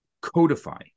codify